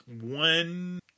one